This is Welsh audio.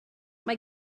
mae